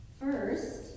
First